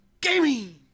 Gaming